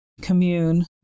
commune